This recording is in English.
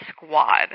squad